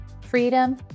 freedom